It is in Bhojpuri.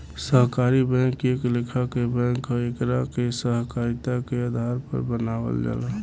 सहकारी बैंक एक लेखा के बैंक ह एकरा के सहकारिता के आधार पर बनावल जाला